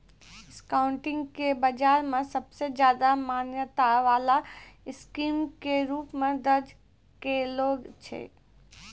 discounting के बाजार मे सबसे ज्यादा मान्यता वाला स्कीम के रूप मे दर्ज कैलो छै